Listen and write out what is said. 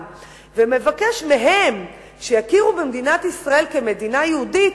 ומבקש מהם שיכירו במדינת ישראל כמדינה יהודית,